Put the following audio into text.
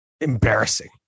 embarrassing